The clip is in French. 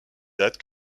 date